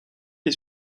est